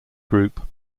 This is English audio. group